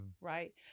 Right